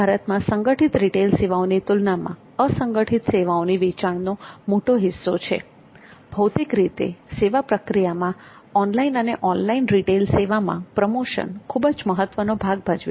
ભારતમાં સંગઠિત રિટેઈલિંગ સેવાઓની તુલનામાં અસંગઠિત સેવાઓની વેચાણનો મોટો હિસ્સો છે ભૌતિક રીતે સેવામાં પ્રક્રિયા અને ઓનલાઇન રીટેલ સેવામાં પ્રમોશન ખૂબ જ મહત્વનો ભાગ ભજવે છે